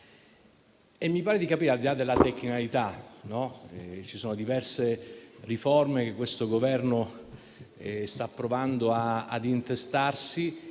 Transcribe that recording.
E mi pare di capire, al di là della tecnicalità, che ci sono diverse riforme che il Governo sta provando ad intestarsi